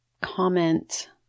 comment